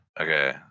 okay